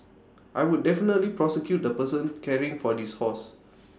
I would definitely prosecute the person caring for this horse